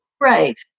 Right